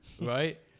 right